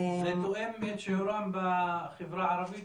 זה תואם את שיעורם בחברה הערבית,